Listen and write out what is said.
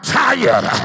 tired